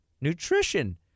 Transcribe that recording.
Nutrition